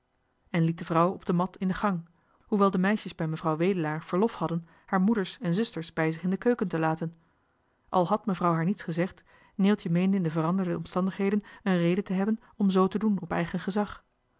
liet de vrouw op de mat in de gang hoewel de meisjes bij mevrouw wedelaar verlof hadden haarmoeders en zusters bij zich in de keuken te laten al had mevrouw haar niets gezegd nu neeltje meende in de veranderde omstandigheden een reden te hebben om zoo te doen op eigen gezag